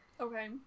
Okay